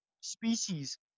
species